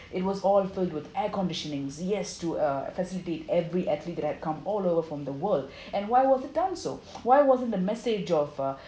it was all filled with air conditionings yes to uh facilitate every athlete that had come all over from the world and why was it done so why wasn't the message of uh